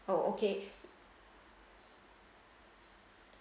oh okay